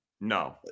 No